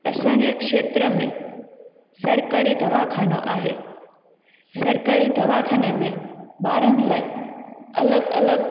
असांजे खेत्र में सरकारी दवाखानो आहे सरकारी दवाखाने में ॿारनि लाइ अलॻि अलॻि